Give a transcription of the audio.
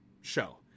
show